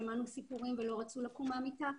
שמענו סיפורים שלא רצו לקום מהמיטה,